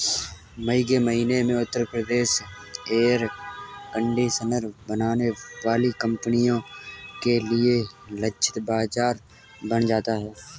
मई के महीने में उत्तर प्रदेश एयर कंडीशनर बनाने वाली कंपनियों के लिए लक्षित बाजार बन जाता है